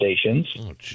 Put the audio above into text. stations